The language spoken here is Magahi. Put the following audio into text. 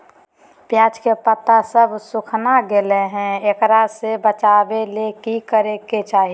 प्याज के पत्ता सब सुखना गेलै हैं, एकरा से बचाबे ले की करेके चाही?